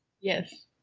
yes